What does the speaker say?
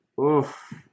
oof